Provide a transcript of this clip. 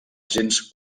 gens